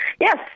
Yes